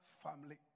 family